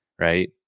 right